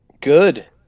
Good